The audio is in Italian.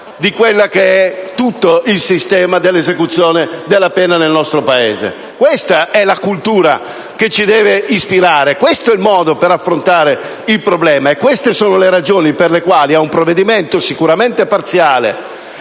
di riforma di tutto il sistema dell'esecuzione della pena nel nostro Paese. Questa è la cultura che ci deve ispirare. Questo è il modo per affrontare il problema e queste sono le ragioni per le quali, ad un provvedimento sicuramente parziale